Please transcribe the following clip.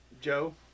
Joe